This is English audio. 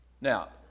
Now